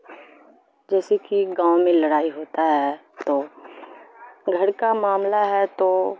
جیسے کہ گاؤں میں لرائی ہوتا ہے تو گھر کا معاملہ ہے تو